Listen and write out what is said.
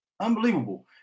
Unbelievable